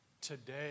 today